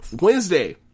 Wednesday